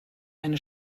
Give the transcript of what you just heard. eine